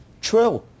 True